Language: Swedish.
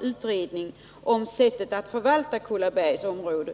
utredning skall tillsättas som närmare utreder förvaltningen av Kullabergsområdet.